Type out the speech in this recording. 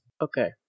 Okay